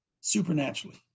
supernaturally